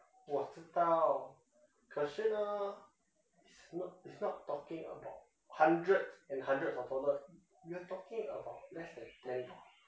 我知道可是呢 is not is not talking about hundreds and hundreds dollars we are talking about less than ten